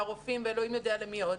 לרופאים ואלוהים יודע למי עוד.